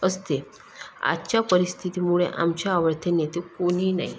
असते आजच्या परिस्थितीमुळे आमचे आवडते नेते कोणी नाही